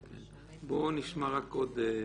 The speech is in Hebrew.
נשמע עוד מישהו.